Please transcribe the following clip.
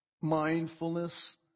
Mindfulness